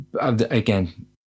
again